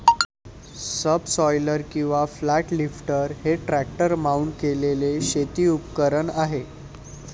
subsoiler किंवा flat lifter हे tractor mount केलेले शेती उपकरण आहे